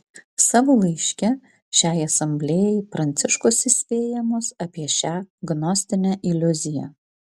savo laiške šiai asamblėjai pranciškus įspėja mus apie šią gnostinę iliuziją